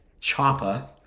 Choppa